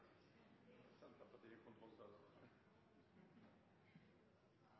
Senterpartiet